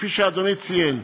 כפי שאדוני ציין.